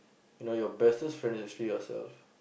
you know your bestest friend is actually yourself